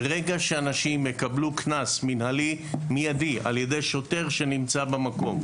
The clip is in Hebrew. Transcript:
ברגע שאנשים יקבלו קנס מנהלי מידי על ידי שוטר שנמצא במקום,